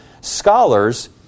scholars